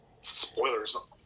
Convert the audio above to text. spoilers